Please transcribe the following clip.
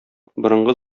борынгы